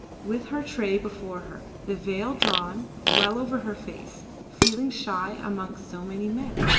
with her tray before her, the veil drawn well over her face, feeling shy amongst so many men.